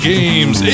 Games